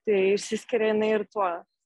tai išsiskiria jinai ir tuo